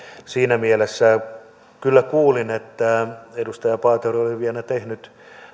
siinä mielessä kyllä kuulin että edustaja paatero on vielä tehnyt